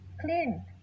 clean